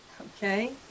okay